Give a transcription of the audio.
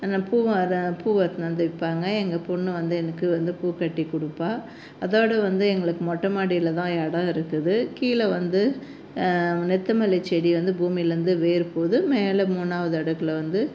பூவும் அதான் பூ எத்துன்னு வந்து விற்பாங்க எங்கள் பொண்ணு வந்து எனக்கு வந்து பூ கட்டி கொடுப்பா அதோட வந்து எங்களுக்கு மொட்டை மாடியில தான் இடோம் இருக்குது கீழ வந்து நித்த மல்லி செடி வந்து பூமிலேந்து வேர் போது மேலே மூணாவது அடுக்கில் வந்து